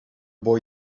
boy